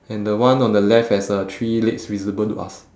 and the one on the left has a three legs visible to us